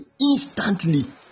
instantly